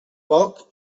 poc